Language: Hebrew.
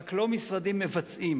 רק לא משרדים מבצעים.